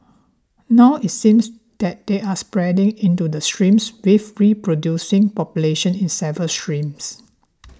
now it seems that they're spreading into the streams with reproducing populations in several streams